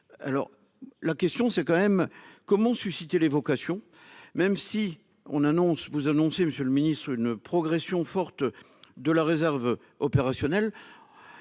Alors la question c'est quand même comment susciter les vocations. Même si on annonce vous annoncez, monsieur le ministre, une progression forte de la réserve opérationnelle.